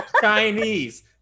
Chinese